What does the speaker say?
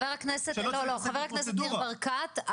חבר הכנסת ניר ברקת,